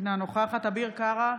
אינה נוכחת אביר קארה,